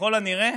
שככל הנראה